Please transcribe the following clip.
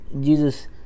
Jesus